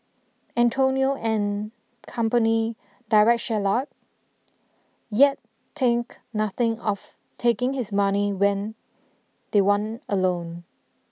Antonio and company Deride Shylock yet think nothing of taking his money when they want a loan